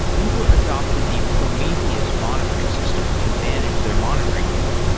uber adapted the prometheus monitoring system to manage their monitoring data.